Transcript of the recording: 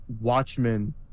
Watchmen